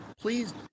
Please